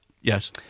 Yes